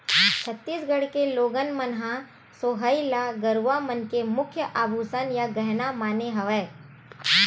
छत्तीसगढ़ के लोगन मन ह सोहई ल गरूवा मन के मुख्य आभूसन या गहना माने हवय